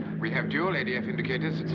we have dual a d f. indicators.